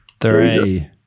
three